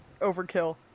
overkill